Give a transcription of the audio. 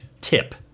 tip